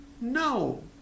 No